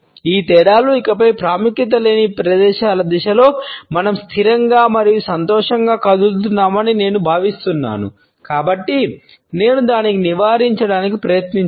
ఈ తేడాలు ఇకపై ప్రాముఖ్యత లేని పని ప్రదేశాల దిశలో మనం స్థిరంగా మరియు సంతోషంగా కదులుతున్నామని నేను భావిస్తున్నాను కాబట్టి నేను దానిని నివారించడానికి ప్రయత్నించాను